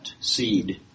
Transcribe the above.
seed